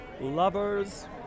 lovers